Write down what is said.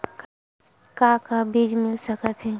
का का बीज मिल सकत हे?